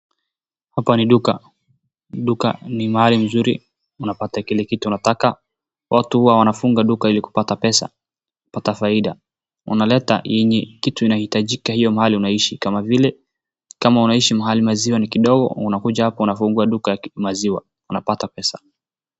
Hapa ni duka, duka ni mahali mzuri unapata ile kitu unataka. Watu huwa wanafungua duka ili kupata pesa, kupata faida unaleta kitu hiyo inahitajika mahali unaishi kama vile unaishi mahali ambapo maziwa ni kidogo unakuja hapa unafungua duka ya maziwa unapata pesa.